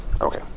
Okay